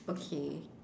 okay